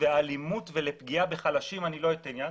ואלימות ולפגיעה בחלשים אני לא אתן יד.